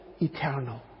eternal